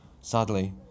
Sadly